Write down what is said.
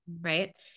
Right